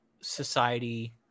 society